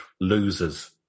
Losers